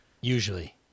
usually